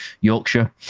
Yorkshire